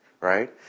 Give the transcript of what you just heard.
right